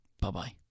bye-bye